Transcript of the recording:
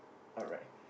alright